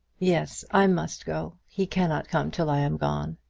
yes i must go. he cannot come till i am gone.